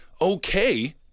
okay